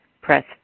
press